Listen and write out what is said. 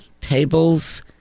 tables